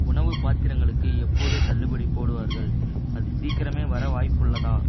உணவு பாத்திரங்களுக்கு எப்போது தள்ளுபடி போடுவார்கள் அது சீக்கிரமே வர வாய்ப்புள்ளதா